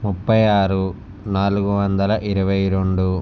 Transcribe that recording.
ముప్పై ఆరు నాలుగువందల ఇరవైరెండు